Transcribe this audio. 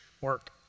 Work